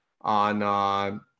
on